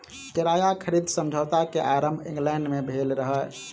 किराया खरीद समझौता के आरम्भ इंग्लैंड में भेल रहे